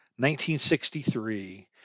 1963